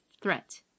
threat